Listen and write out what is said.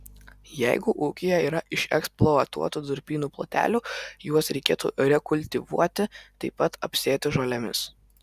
jeigu ūkyje yra išeksploatuotų durpynų plotelių juos reikėtų rekultivuoti taip pat apsėti žolėmis